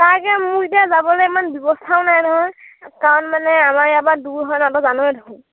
তাকে মোৰ এতিয়া যাবলৈ ইমান ব্যৱস্থাও নাই নহয় কাৰণ মানে আমাৰ ইয়াৰপৰা দূৰ হয় ন' তই জানয়েই দেখোন